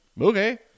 okay